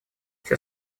все